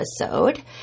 episode